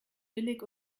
billig